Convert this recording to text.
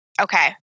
Okay